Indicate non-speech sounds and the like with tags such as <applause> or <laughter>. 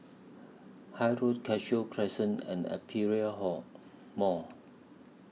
<unintelligible> Road Cashew Crescent and Aperia Hall Mall